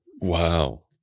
Wow